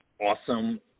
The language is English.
awesome